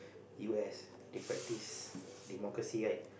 U S they practise democracy right